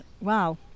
Wow